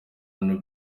abantu